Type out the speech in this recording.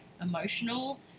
emotional